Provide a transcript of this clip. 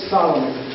Solomon